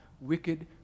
wicked